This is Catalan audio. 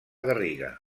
garriga